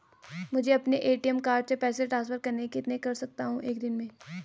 मुझे अपने ATM card से पैसे ट्रांसफर करने हैं कितने कर सकता हूँ एक दिन में?